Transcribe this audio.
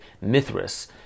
Mithras